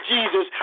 Jesus